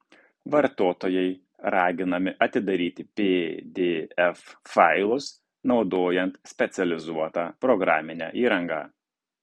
vartotojai raginami atidaryti pdf failus naudojant specializuotą programinę įrangą